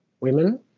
women